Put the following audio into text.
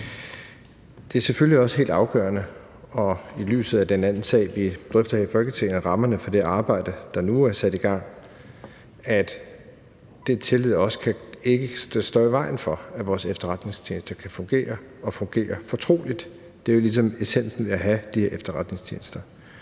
Det er selvfølgelig også helt afgørende, i lyset af den anden sag, vi drøftede her i Folketinget, og rammerne for det arbejde, der nu er sat i gang, at den tillid ikke skal stå i vejen for, at vores efterretningstjenester kan fungere og fungere fortroligt. Det er jo ligesom essensen af at have de her efterretningstjenester,